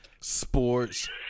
sports